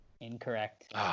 Incorrect